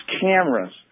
cameras